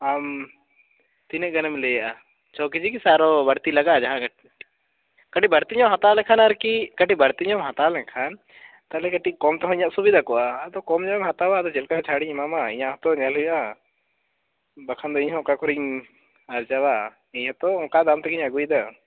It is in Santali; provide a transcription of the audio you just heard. ᱟᱢ ᱛᱤᱱᱟᱹᱜ ᱜᱟᱱᱮᱢ ᱞᱟᱹᱭᱮᱜᱼᱟ ᱪᱷᱚ ᱠᱮᱡᱤ ᱜᱮ ᱥᱮ ᱟᱨᱚ ᱵᱟᱹᱲᱛᱤ ᱞᱟᱜᱟᱜᱼᱟ ᱡᱟᱦᱟᱸ ᱠᱟᱹᱴᱤᱡ ᱵᱟᱹᱲᱛᱤ ᱧᱚᱜ ᱦᱟᱛᱟᱣ ᱞᱮᱠᱷᱟᱱ ᱟᱨᱠᱤ ᱠᱟᱹᱴᱤᱡ ᱵᱟᱹᱲᱛᱤ ᱧᱚᱜ ᱦᱟᱛᱟᱣ ᱞᱮᱠᱷᱟᱱ ᱛᱟᱦᱚᱞᱮ ᱠᱚᱢ ᱛᱮᱦᱚᱸ ᱤᱧᱟᱜ ᱥᱩᱵᱤᱫᱟ ᱠᱚᱜᱼᱟ ᱟᱫᱚ ᱠᱚᱢ ᱧᱚᱜ ᱮᱢ ᱦᱟᱛᱟᱣᱟ ᱟᱫᱚ ᱪᱮᱫ ᱞᱮᱠᱟ ᱪᱷᱟᱲᱤᱧ ᱮᱢᱟᱢᱟ ᱤᱧᱟᱹᱜ ᱦᱚᱛᱚ ᱧᱮᱞ ᱦᱩᱭᱩᱜᱼᱟ ᱵᱟᱠᱷᱟᱱ ᱫᱚ ᱤᱧ ᱦᱚᱸ ᱚᱠᱟᱠᱷᱚᱱᱤᱧ ᱟᱨᱡᱟᱣᱟ ᱤᱧ ᱦᱚᱛᱚ ᱚᱱᱠᱟ ᱫᱟᱢ ᱛᱮᱜᱮᱧ ᱟᱹᱜᱩᱭᱮᱫᱟ